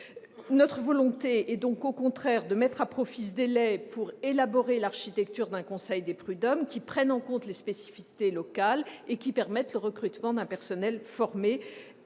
Notre volonté est bien plutôt de mettre à profit ce délai pour élaborer l'architecture d'un conseil des prud'hommes qui prenne en compte les spécificités locales et qui permette le recrutement d'un personnel formé